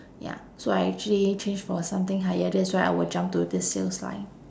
ya so I actually change for something higher that's why I will jump to this sales line